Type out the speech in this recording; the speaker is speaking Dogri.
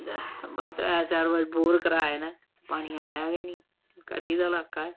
त्रैऽ चार बारी बोर कराए न पानी आया गै निं कंडी दा लाका ऐ